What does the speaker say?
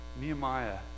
Nehemiah